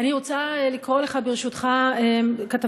צריכים לאפשר כמה